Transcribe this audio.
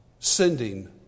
Sending